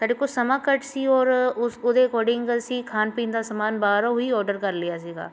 ਸਾਡੇ ਕੋਲ ਸਮਾਂ ਘੱਟ ਸੀ ਔਰ ਉਸ ਉਹਦੇ ਅਕੋਡਿੰਗ ਅਸੀਂ ਖਾਣ ਪੀਣ ਦਾ ਸਮਾਨ ਬਾਹਰੋਂ ਹੀ ਔਡਰ ਕਰ ਲਿਆ ਸੀਗਾ